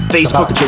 Facebook